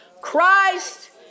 Christ